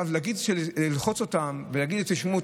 עכשיו ללחוץ אותן ולהגיד: תשמעו,